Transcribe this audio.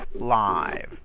live